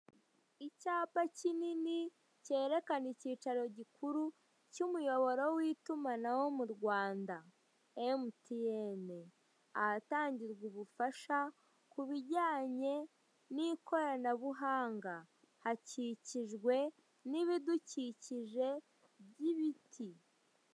Icyapa kinini cyerekana ikicaro gikuru cy'umuyoboro w'itumanaho mu Rwanda emutiyeni, ahatangirwa ubufasha kubijyanye n'ikoranabuhanga hakikijwe n'ibidukikije by'ibiti.